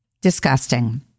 disgusting